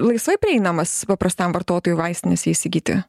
laisvai prieinamas paprastam vartotojui vaistinėse įsigyti